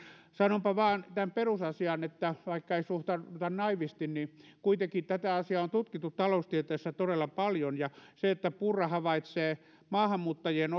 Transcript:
sanonpa vain tämän perusasian että vaikka ei suhtauduta naiivisti niin kuitenkin tätä asiaa on tutkittu taloustieteessä todella paljon ja kun purra havaitsee maahanmuuttajien